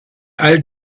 all